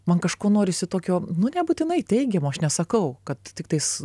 man kažko norisi tokio nu nebūtinai teigiamo aš nesakau kad tiktais